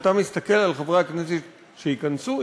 כשאתה מסתכל על חברי הכנסת שייכנסו,